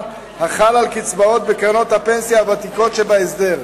החל על קצבאות בקרנות הפנסיה הוותיקות שבהסדר,